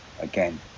again